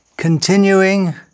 Continuing